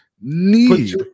need